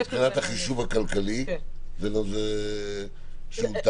מבחינת החישוב הכלכלי שהוא טען?